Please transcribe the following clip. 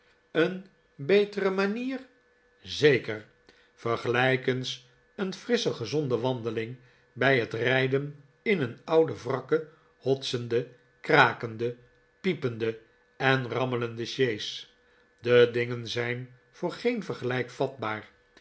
een betere manier zeker vergelijk eens een frissche gezonde wandeling bij het rijden in een oude wrakke hotsende krakende piepende en rammelende sjees de dingen zijn voor geen vergelijking vatbaar